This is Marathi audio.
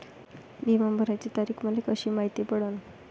बिमा भराची तारीख मले कशी मायती पडन?